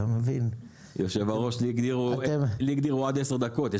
לי הגדירו עד עשר דקות.